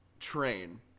Train